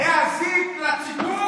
לצאת.